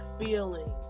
feeling